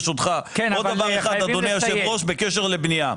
עוד דבר אחד אדוני היושב ראש בקשר לבנייה.